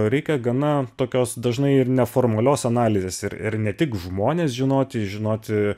reikia gana tokios dažnai ir neformalios analizės ir ir ne tik žmonės žinoti žinoti